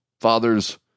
fathers